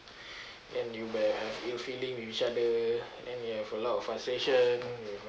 and you may have ill feeling with each other and then you have a lot of frustration with